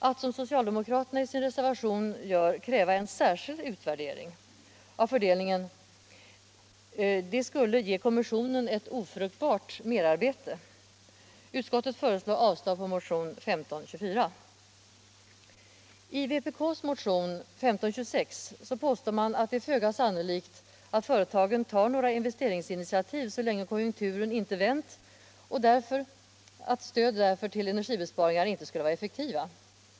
Att, som socialdemokraterna i sin reservation gör, kräva en särskild utvärdering av fördelningen skulle ge kommissionen ofruktbart merarbete. Utskottet föreslår avslag på motionen 1524. I vpk:s motion 1526 påstår man att det är föga sannolikt att företagen tar några investeringsinitiativ så länge konjunkturen inte vänt och att därför stöd till energibesparingar inte skulle vara effektiva.